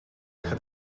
had